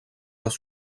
les